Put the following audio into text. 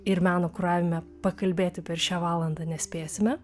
ir meno kuravime pakalbėti per šią valandą nespėsime